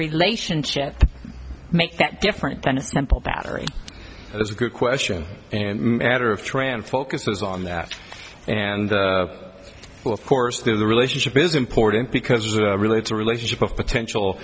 relationship make that different than a simple battery as a group question and matter of trend focuses on that and of course the relationship is important because it relates a relationship of potential